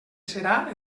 serà